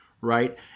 right